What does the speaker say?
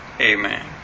Amen